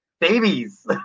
babies